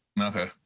Okay